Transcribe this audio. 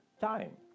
time